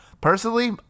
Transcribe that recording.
Personally